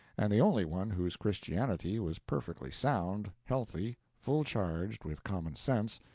and the only one whose christianity was perfectly sound, healthy, full-charged with common sense,